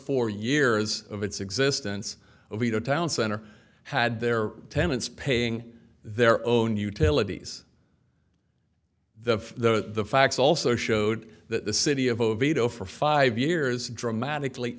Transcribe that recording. four years of its existence oviedo town center had their tenants paying their own utilities the facts also showed that the city of oviedo for five years dramatically